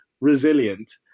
resilient